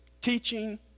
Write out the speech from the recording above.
teaching